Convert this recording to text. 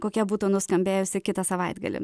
kokia būtų nuskambėjusi kitą savaitgalį